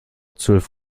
zwölf